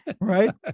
Right